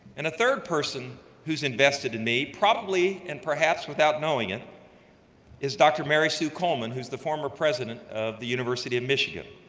and a third person who's invested in me probably and perhaps without knowing it is dr. mary sue coleman who's the former president of the university michigan.